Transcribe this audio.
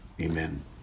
Amen